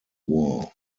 war